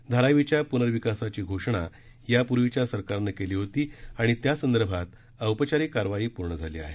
धारावीच्या पुनर्विकासाची घोषणा यापूर्वीच्या सरकारने केली होती आणि त्यासंदर्भात औपचारिक कारवाई पूर्ण झाली आहे